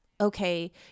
Okay